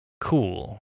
cool